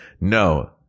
No